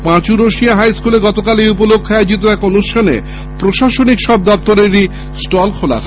পাচুরসিয়া হাইস্কুলে গতকাল এই উপলক্ষে আয়োজিত অনুষ্ঠানে প্রশাসনিক সব দফতরের স্টল খোলা হয়